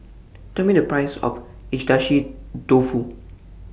Tell Me The Price of Agedashi Dofu